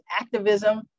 activism